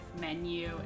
menu